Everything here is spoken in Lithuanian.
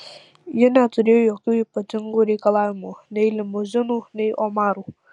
ji neturėjo jokių ypatingų reikalavimų nei limuzinų nei omarų